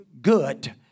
good